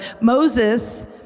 Moses